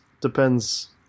depends